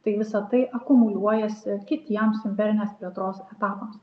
tai visa tai akumuliuojasi kitiems imperinės plėtros etapams